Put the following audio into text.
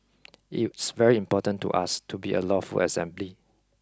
it's very important to us to be a lawful assembly